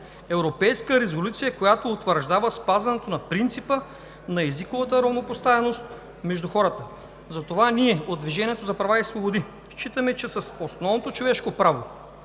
Европейска резолюция, която утвърждава спазването на принципа на езиковата равнопоставеност между хората. Затова ние от „Движението за права и свободи“ считаме, че с основното човешко право